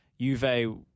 Juve